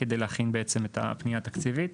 כדי להכין בעצם את הפנייה התקציבית.